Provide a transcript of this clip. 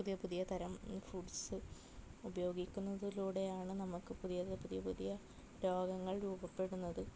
പുതിയ പുതിയ തരം ഫുഡ്സ് ഉപയോഗിക്കുന്നതിലൂടെയാണ് നമുക്ക് പുതിയത് പുതിയ പുതിയ രോഗങ്ങൾ രൂപപ്പെടുന്നത്